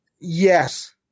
yes